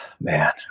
Man